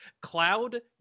cloud